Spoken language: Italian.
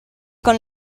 con